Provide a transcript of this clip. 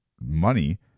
money